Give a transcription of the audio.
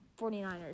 49ers